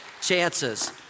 chances